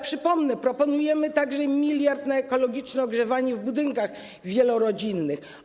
Przypomnę, że proponujemy także 1 mld na ekologiczne ogrzewanie w budynkach wielorodzinnych.